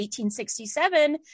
1867